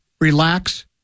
relax